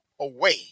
away